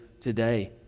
today